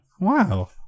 Wow